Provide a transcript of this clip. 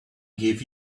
gave